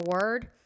word